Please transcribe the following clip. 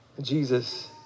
Jesus